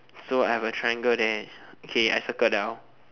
so I've a triangle there okay I circle down